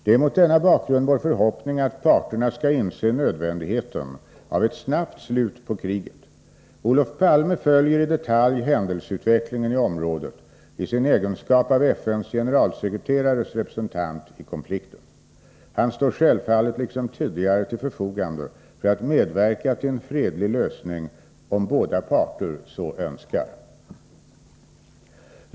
Det är mot denna bakgrund vår förhoppning att parterna skall inse nödvändigheten av ett snabbt slut på kriget. Olof Palme följer i detalj händelseutvecklingen i området i sin egenskap av FN:s generalsekreterares representant i konflikten. Han står självfallet liksom tidigare till förfogande för att medverka till en fredlig lösning om båda parter så önskar.